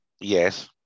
Yes